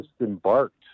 embarked